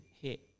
hit